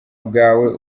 bwawe